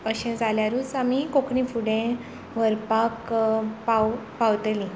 जाल्यारूच आमी कोंकणी फुडें व्हरपाक पाव पावतलीं